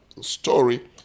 story